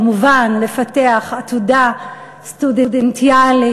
כמובן לפתח עתודה סטודנטיאלית,